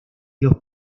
los